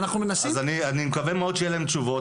ואנחנו מנסים --- אז אני מקווה מאוד שיהיו להם תשובות.